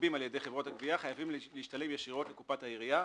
שנגבים על ידי חברות הגבייה חייבים להשתלם ישירות לקופת העירייה,